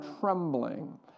trembling